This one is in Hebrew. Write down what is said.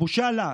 בושה לה,